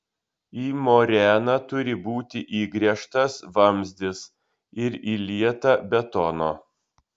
į moreną turi būti įgręžtas vamzdis ir įlieta betono